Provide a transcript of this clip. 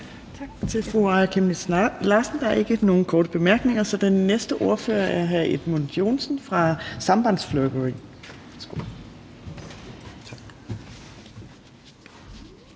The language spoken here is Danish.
Tak til fru Aaja Chemnitz Larsen. Der er ikke nogen korte bemærkninger. Så den næste ordfører er hr. Edmund Joensen fra Sambandsflokkurin.